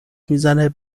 میزنه